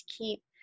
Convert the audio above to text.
keep